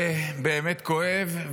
באמת כואב.